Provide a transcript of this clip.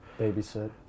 Babysit